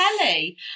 Kelly